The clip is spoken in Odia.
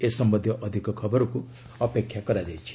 ଏ ସମ୍ପନ୍ଧୀୟ ଅଧିକ ଖବରକୁ ଅପେକ୍ଷା କରାଯାଇଛି